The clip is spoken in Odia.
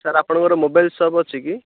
ସାର୍ ଆପଣଙ୍କର ମୋବାଇଲ୍ ସପ୍ ଅଛି କି